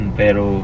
pero